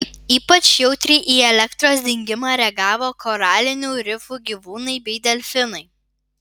ypač jautriai į elektros dingimą reagavo koralinių rifų gyvūnai bei delfinai